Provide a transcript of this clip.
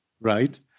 right